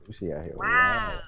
Wow